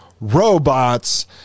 robots